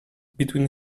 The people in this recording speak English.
between